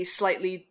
slightly